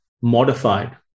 modified